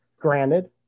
Granted